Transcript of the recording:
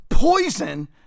poison